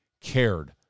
cared